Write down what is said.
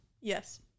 Yes